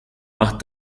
más